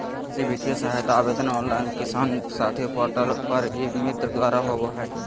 कृषि वित्तीय सहायता आवेदन ऑनलाइन किसान साथी पोर्टल पर ई मित्र द्वारा होबा हइ